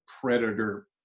predator